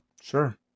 Sure